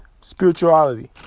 spirituality